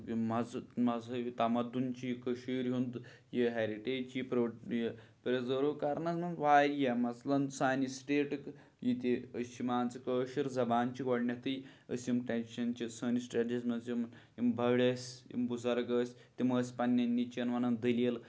یِم مزٕ مذہبی تَمَدُن چھِ یہِ کٔشیٖرِ ہُنٛد یہِ ہیرِٹیج چھِ یہِ پرٛو یہِ پِرٛزٲرٕو کَرنَس منٛز واریاہ مثلن سانہِ سٹیٹُک یہِ تہِ أسۍ چھِ مان ژٕ کٲشِر زبان چھِ گۄڈنٮ۪تھٕے أسۍ یِم ٹرٛیڈشَن چھِ سٲنِس ٹرٛیڈِشنَس منٛز یِم یِم بٔڑۍ ٲسۍ یِم بُزرگ ٲسۍ تِم ٲسۍ پنٛنہِ نِچَن وَنان دٔلیٖل